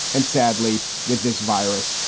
and sadly, with this virus,